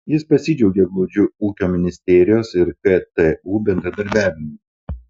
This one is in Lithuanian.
jis pasidžiaugė glaudžiu ūkio ministerijos ir ktu bendradarbiavimu